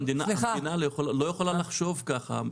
המדינה לא יכולה לחשוב ככה.